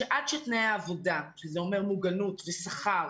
שעד שתנאי העבודה שזה אומר מוגנות ושכר